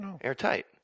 airtight